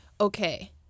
okay